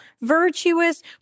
virtuous